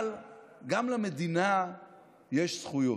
אבל גם למדינה יש זכויות,